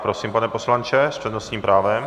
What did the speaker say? Prosím, pane poslanče, s přednostním právem.